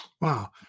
Wow